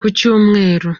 kucyumweru